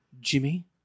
Jimmy